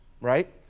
right